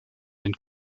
den